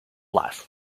life